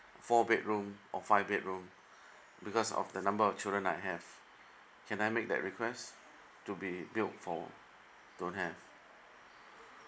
four bedroom or five bedroom because of the number of children I have can I make that request to be built for don't have